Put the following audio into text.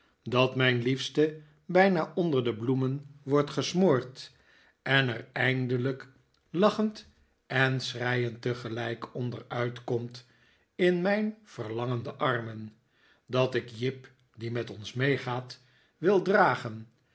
dat mijn liefste bijna onder de bloemen wordt gesmoord en er eindelijk lachend en schreiend tegelijk onder uitkomt in mijn verlangende armen dat ik jip die met ons meegaat wil dragen